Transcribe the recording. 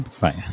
Right